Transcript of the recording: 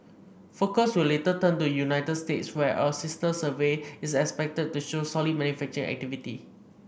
focus will later turn to United States where a sister survey is expected to show solid manufacturing activity